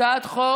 הצבעה על הצעת חוק